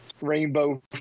rainbow